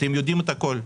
אתם יודעים את הכול.